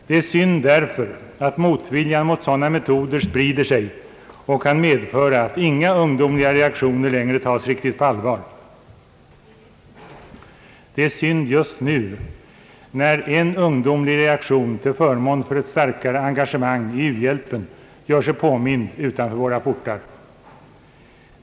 Det är synd därför att motviljan mot sådana metoder sprider sig och kan medföra att inga ungdomliga reaktioner längre tas riktigt på allvar. Det är synd just nu, när en ungdomlig reaktion till förmån för ett starkare engagemang i u-hjälpen gör sig påmind utanför våra portar.